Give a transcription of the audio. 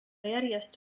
järjest